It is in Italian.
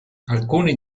alcuni